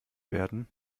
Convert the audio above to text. werden